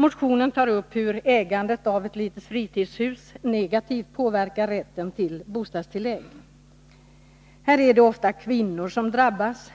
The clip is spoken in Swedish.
motionen påpekas hur ägandet av ett litet fritidshus negativt påverkar rätten till bostadstillägg. Här är det ofta kvinnor som drabbas.